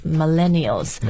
millennials